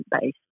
base